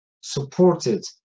supported